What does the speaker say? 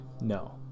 No